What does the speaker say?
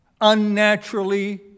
unnaturally